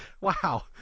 Wow